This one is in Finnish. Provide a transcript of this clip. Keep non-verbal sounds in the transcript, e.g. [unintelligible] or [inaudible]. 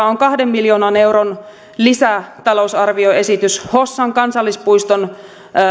[unintelligible] on kahden miljoonan euron lisätalousarvioesitys hossan kansallispuiston